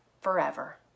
forever